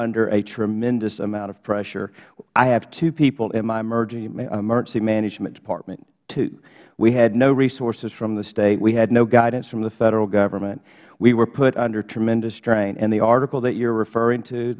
under a tremendous amount of pressure i have two people in my emergency management department two we had no resources from the state we had no guidance from the federal government we were put under tremendous strain and the article that you're referring